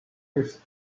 his